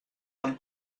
han